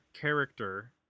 character